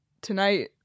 Tonight